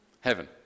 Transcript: Heaven